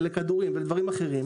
לכדורים ולדברים אחרים,